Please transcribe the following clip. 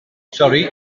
sori